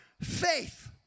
faith